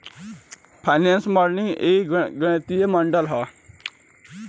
financial modelling एगो गणितीय model ह